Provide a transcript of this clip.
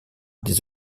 des